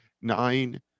nine